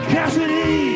Cassidy